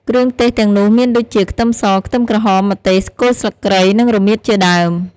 គ្រឿងទេសទាំងនោះមានដូចជា ខ្ទឹមស ខ្ទឹមក្រហម ម្ទេស គល់ស្លឹកគ្រៃ និងរមៀតជាដើម។